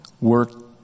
work